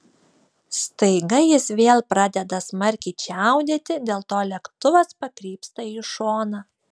staiga jis vėl pradeda smarkiai čiaudėti dėl to lėktuvas pakrypsta į šoną